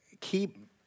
keep